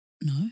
No